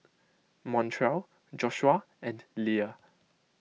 Montrell Joshua and Lea